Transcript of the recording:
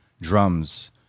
drums